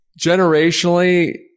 generationally